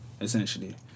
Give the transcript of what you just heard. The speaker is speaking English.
essentially